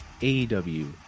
AEW